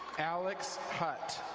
alex hutt.